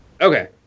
Okay